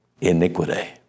iniquity